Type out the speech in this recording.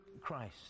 Christ